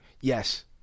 Yes